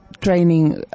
training